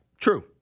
True